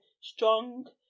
strong